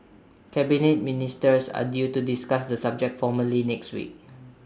Cabinet Ministers are due to discuss the subject formally next week